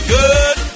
good